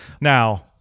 Now